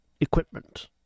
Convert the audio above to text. equipment